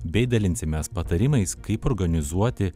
bei dalinsimės patarimais kaip organizuoti